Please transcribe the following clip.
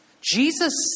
Jesus